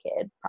kid